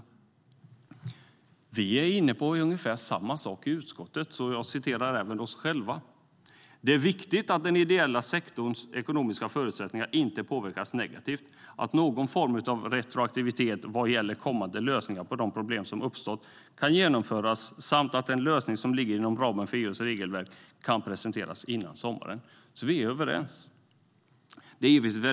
I utskottet är vi inne på ungefär samma sak och skriver: "Det är viktigt att den ideella sektorns ekonomiska förutsättningar inte påverkas negativt, att någon form av retroaktivitet i fråga om kommande lösningar på de problem som uppstått kan genomföras samt att en lösning som ligger inom ramen för EU:s regelverk kan presenteras innan sommaren." Vi är alltså överens.